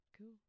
Cool